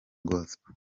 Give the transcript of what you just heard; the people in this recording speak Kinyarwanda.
gospel